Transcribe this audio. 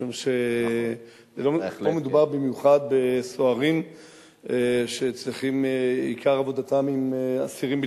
משום שלא מדובר במיוחד בסוהרים שעיקר עבודתם עם אסירים ביטחוניים.